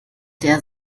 der